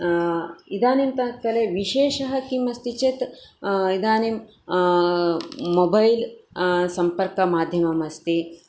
इदानींतन ले विषेशः किम् अस्ति चेत् इदानीं मोबैल् सम्पर्कमाध्यमम् अस्ति